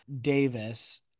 Davis